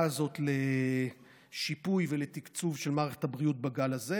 הזאת לשיפוי ולתקצוב של מערכת הבריאות בגל הזה,